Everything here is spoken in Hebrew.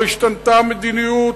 לא השתנתה המדיניות,